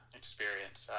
experience